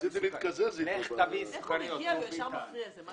זיהינו כמה לקונות בחקיקה הקיימת שלא